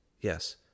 yes